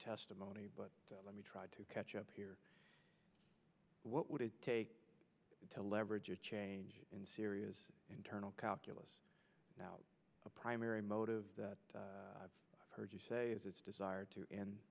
testimony but let me try to catch up here what would it take to leverage a change in serious internal calculus about a primary motive that i've heard you say is its desire to end